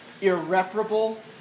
irreparable